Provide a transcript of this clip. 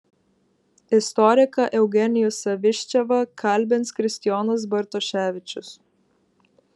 istoriką eugenijų saviščevą kalbins kristijonas bartoševičius